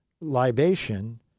libation